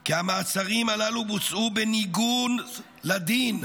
כי המעצרים הללו בוצעו בניגוד לדין,